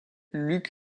luc